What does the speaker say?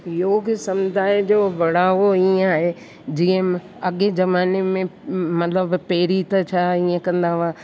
योग समुदाय जो बढ़ावो ईअं आहे जीअं म अॻिए जमाने में मतिलब पहिरीं त छा ईअं कंदा हुआ